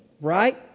right